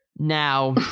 Now